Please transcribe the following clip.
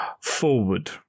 forward